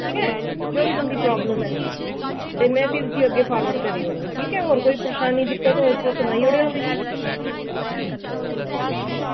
ठीक ऐ जो बी तुं'दी प्राब्लम ऐ ते में फिर उस्सी अग्गे फावर्ड करी ओड़ङ ठीक ऐ होर कोई परेशानी दिक्कत होग ते सनाई ओड़ेओ मिकी